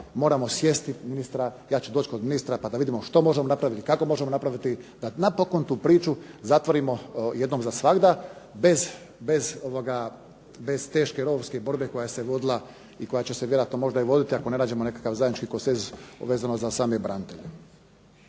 moramo sjesti ministra. Ja ću doći kod ministra pa da vidimo što možemo napraviti, kako možemo napraviti da napokon tu priču zatvorimo jednom za svagda bez teške rovovske borbe koja se vodila i koja će se vjerojatno možda i voditi ako ne nađemo nekakav zajednički konsenzus vezano za same branitelje.